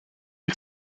you